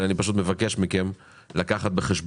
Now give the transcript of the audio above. אבל אני רוצה שתיקחו את זה בחשבון.